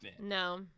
No